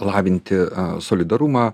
lavinti solidarumą